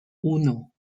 uno